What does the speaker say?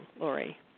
Lori